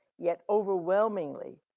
yet overwhelmingly,